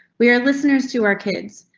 we're listeners to our kids,